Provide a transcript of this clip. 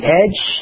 edge